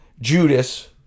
Judas